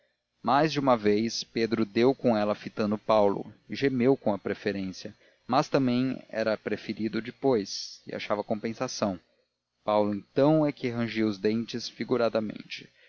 mais de uma vez pedro deu com ela fitando paulo e gemeu com a preferência mas também ele era preferido depois e achava compensação paulo então é que rangia os dentes figuradamente